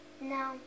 No